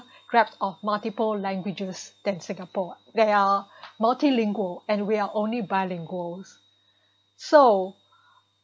grab of multiple languages then singapore they are multilingual and we are only bilinguals so